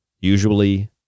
usually